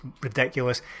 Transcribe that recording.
ridiculous